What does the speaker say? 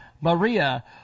maria